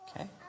Okay